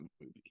movie